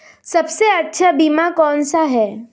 सबसे अच्छा बीमा कौन सा है?